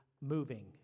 moving